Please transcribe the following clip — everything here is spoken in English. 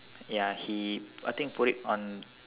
ya he I think put it on